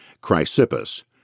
Chrysippus